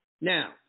Now